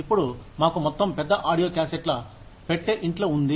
ఇప్పుడు మాకు మొత్తం పెద్ద ఆడియో క్యాసెట్ల పెట్టె ఇంట్లో ఉంది